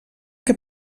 que